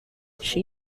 she